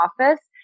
office